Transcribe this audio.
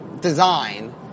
design